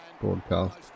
broadcast